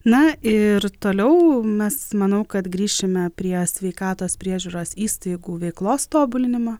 na ir toliau mes manau kad grįšime prie sveikatos priežiūros įstaigų veiklos tobulinimo